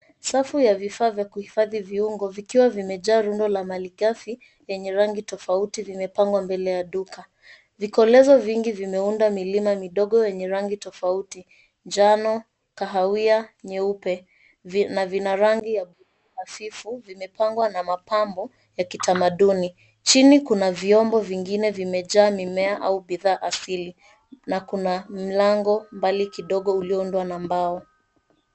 Safu ya vifaa vya kuhifaghi viungo vikiwa vimejaa rundo la mali ghafi yenye rangi tofauti vimepangwa mbele ya duka. Vikolezo vingi vimeunda milima midogo ze nye rangi tofauti, njano, kahawia nyeupe na vina rangi hafifu. Vimepambwa na mapambo ya kitamaduni. Chini kuna viombo vingine vimejaaa mimea au bidhaa asili, na kuna mlango mbali kidogo ulioundwa na mbao.